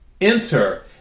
enter